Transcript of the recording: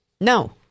No